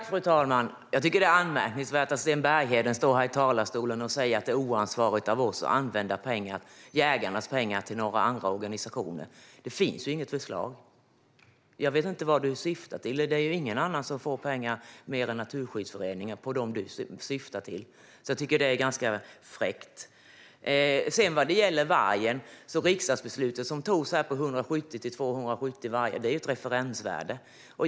Fru talman! Jag tycker att det är anmärkningsvärt av Sten Bergheden att i talarstolen säga att det är oansvarigt av oss att använda jägarnas pengar till andra organisationer. Det finns ju inget sådant förslag. Jag vet inte vad han syftar på. Ingen annan av dem han syftar på än Naturskyddsföreningen får några pengar. Jag tycker att det där är ganska fräckt. Sten Bergheden tog också upp vargen. Det riksdagsbeslut som fattades om 170-270 vargar gällde ett referensvärde.